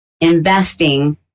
investing